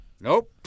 Nope